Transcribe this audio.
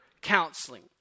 counseling